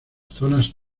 zonas